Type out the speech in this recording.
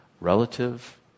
Relative